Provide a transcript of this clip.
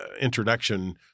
introduction